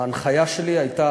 ההנחיה שלי הייתה,